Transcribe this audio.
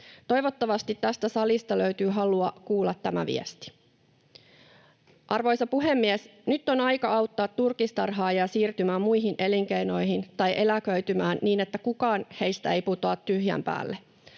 Toivottavasti tästä salista löytyy halua kuulla tämä viesti. Arvoisa puhemies! Nyt on aika auttaa turkistarhaajia siirtymään muihin elinkeinoihin tai eläköitymään niin, että kukaan heistä ei putoa tyhjän päälle.